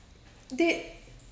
did